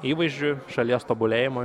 įvaizdžiui šalies tobulėjimui